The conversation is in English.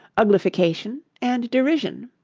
uglification, and derision